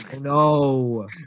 no